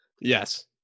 Yes